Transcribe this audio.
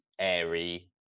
airy